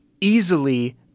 easily